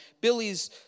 Billy's